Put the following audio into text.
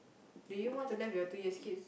do you want to left your two years kids